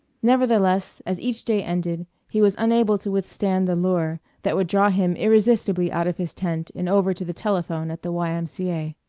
nevertheless, as each day ended he was unable to withstand the lure that would draw him irresistibly out of his tent and over to the telephone at the y m c a.